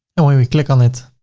and when we click on it,